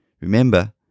Remember